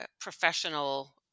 professional